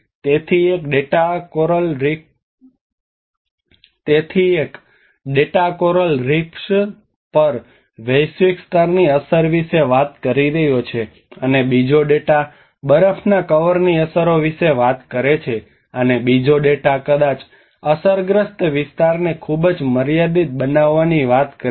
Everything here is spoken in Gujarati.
તેથી એક ડેટા કોરલ રીફ્સ પર વૈશ્વિક સ્તરની અસર વિશે વાત કરી રહ્યો છે અને બીજો ડેટા બરફના કવરની અસરો વિશે વાત કરે છે અને બીજો ડેટા કદાચ અસરગ્રસ્ત વિસ્તારને ખૂબ જ મર્યાદિત બનાવવાની વાત કરે છે